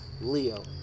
leo